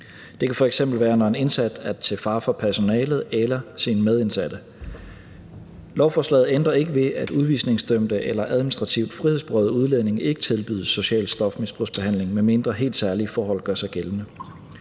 Det kan f.eks. være, når en indsat er til fare for personalet eller sine medindsatte. Lovforslaget ændrer ikke ved, at udvisningsdømte eller administrativt frihedsberøvede udlændinge ikke tilbydes social stofmisbrugsbehandling, medmindre helt særlige forhold gør sig gældende.